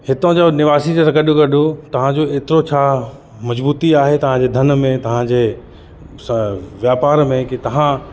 हितों जो निवासी सां गॾु गॾु तव्हां जो एतिरो छा मजबूती आहे तव्हां जे धन में तव्हां जे व्यापार में कि तव्हां